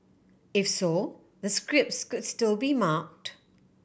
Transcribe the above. if so the scripts could still be marked